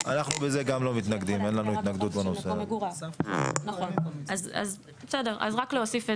אז מישהו צריך לקחת